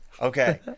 Okay